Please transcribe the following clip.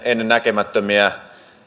ennennäkemättömiä